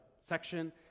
section